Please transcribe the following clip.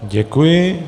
Děkuji.